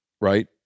right